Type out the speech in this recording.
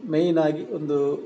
main ಆಗಿ ಒಂದು